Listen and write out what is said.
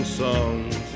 songs